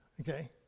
Okay